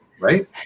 right